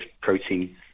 protein